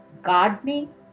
gardening